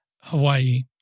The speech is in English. Hawaii